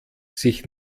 sich